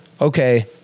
okay